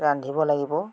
ৰান্ধিব লাগিব